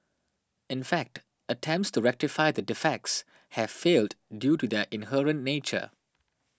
in fact attempts to rectify the defects have failed due to their inherent nature